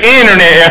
internet